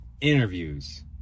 Interviews